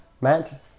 Matt